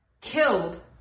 killed